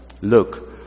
look